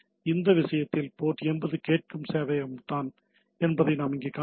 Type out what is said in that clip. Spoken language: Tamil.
இந்த விஷயத்தில் போர்ட் 80 கேட்கும் சேவையகம் தான் என்பதை இங்கே நாம் காண்கிறோம்